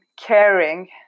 caring